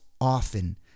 often